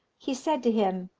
he said to him,